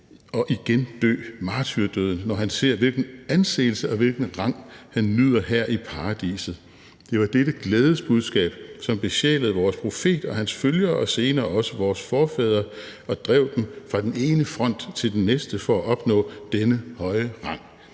og igen dø martyrdøden, når han ser, hvilken anseelse og hvilken rang, han nyder her i Paradiset. Det var dette glædesbudskab, som besjælede vor Profet og hans følgere og senere også vore forfædre og drev dem fra den ene front til den næste for at opnå denne høje rang.